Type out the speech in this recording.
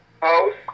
house